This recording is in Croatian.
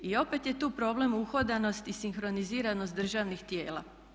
I opet je tu problem uhodanost i sinkroniziranost državnih tijela.